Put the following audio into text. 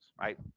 right